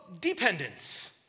dependence